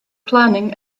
planning